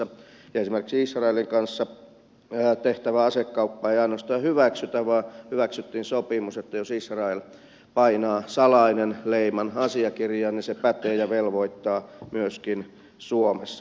ja esimerkiksi israelin kanssa tehtävässä asekaupassa ei ainoastaan sitä hyväksytä vaan hyväksyttiin sopimus että jos israel painaa salainen leiman asiakirjaan niin se pätee ja velvoittaa myöskin suomessa